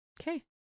Okay